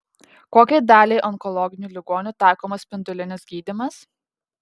kokiai daliai onkologinių ligonių taikomas spindulinis gydymas